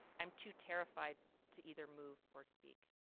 i'm too terrified to either move or speak.